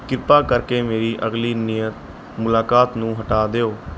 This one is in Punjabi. ਕਿਰਪਾ ਕਰਕੇ ਮੇਰੀ ਅਗਲੀ ਨਿਯਤ ਮੁਲਾਕਾਤ ਨੂੰ ਹਟਾ ਦਿਓ